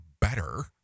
better